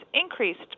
increased